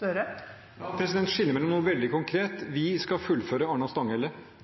La meg skille mellom noe veldig konkret. Vi skal fullføre